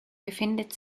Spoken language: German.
befindet